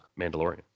Mandalorian